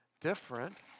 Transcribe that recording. different